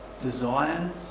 desires